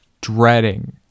dreading